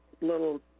little